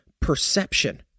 perception